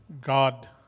God